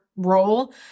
role